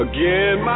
Again